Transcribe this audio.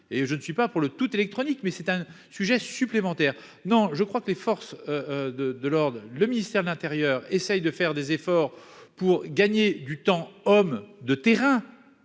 et je ne suis pas pour le tout électronique, mais c'est un sujet supplémentaire, non, je crois que les forces de de l'ordre, le ministère de l'Intérieur, essaye de faire des efforts pour gagner du temps, homme de terrain